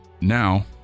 now